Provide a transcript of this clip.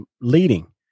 Leading